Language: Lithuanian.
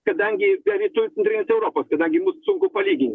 kadangi dar rytų ir centrinės europos kadangi nu sunku palyginti